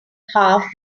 half